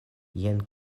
jen